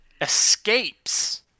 escapes